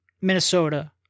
Minnesota